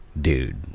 Dude